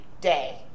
day